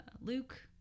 Luke